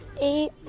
eight